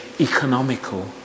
economical